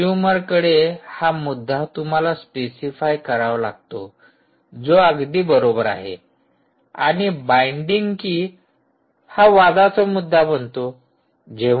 कंजूमरकडे हा मुद्दा तुम्हाला स्पेसिफाय करावा लागतो जो अगदी बरोबर आहे आणि बाइंडिंग की हा वादाचा मुद्दा बनतो